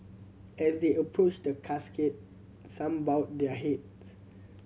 as they approached the casket some bowed their heads